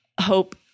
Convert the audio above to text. hope